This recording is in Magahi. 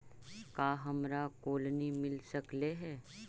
का हमरा कोलनी मिल सकले हे?